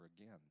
again